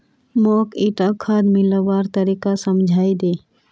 मौक ईटा खाद मिलव्वार तरीका समझाइ दे